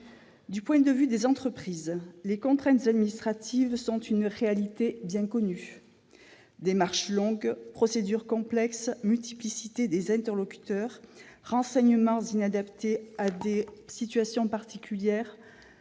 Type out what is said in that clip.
Du point de vue des entreprises, les contraintes administratives sont une réalité bien connue. Démarches longues, procédures complexes, multiplicité des interlocuteurs, renseignements inadaptés à des situations particulières,